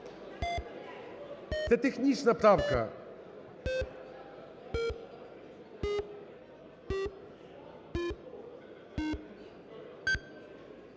Це технічна правка.